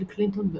ביל קלינטון ועוד.